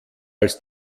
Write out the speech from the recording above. als